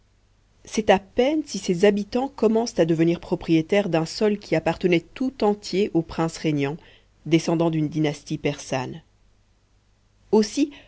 c'est à peine si ses habitants commencent à devenir propriétaires d'un sol qui appartenait tout entier aux princes régnants descendant d'une dynastie persane aussi